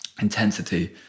intensity